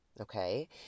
Okay